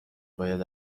باید